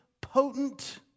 potent